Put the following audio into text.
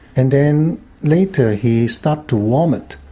and then later he started to vomit.